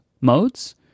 modes